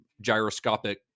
gyroscopic